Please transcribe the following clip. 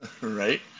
Right